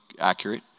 accurate